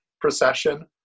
procession